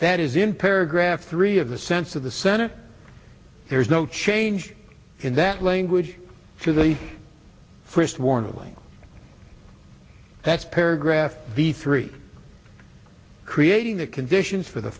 that is in paragraph three of the sense of the senate there is no change in that language for the frist warning that's paragraph the three creating the conditions for the